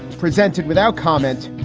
presented without comment.